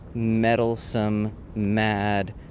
meddlesome, mad,